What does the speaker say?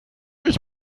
ich